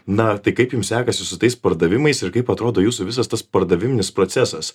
na tai kaip jum sekasi su tais pardavimais ir kaip atrodo jūsų visas tas pardavim procesas